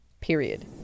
period